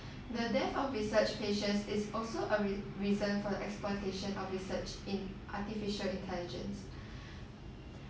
the death of research patients is also a reason for the exploitation of research in artificial intelligence